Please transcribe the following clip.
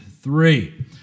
three